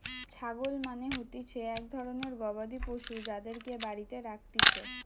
ছাগল মানে হতিছে এক ধরণের গবাদি পশু যাদেরকে বাড়িতে রাখতিছে